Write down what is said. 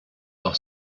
auch